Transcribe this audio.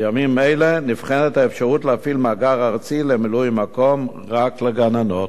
בימים אלה נבחנת האפשרות להפעיל מאגר ארצי למילוי-מקום רק לגננות.